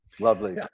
lovely